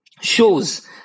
shows